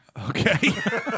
Okay